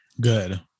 Good